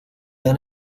han